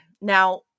Now